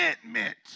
commitment